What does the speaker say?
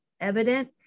evident